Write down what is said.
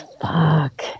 Fuck